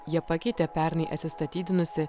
jie pakeitė pernai atsistatydinusį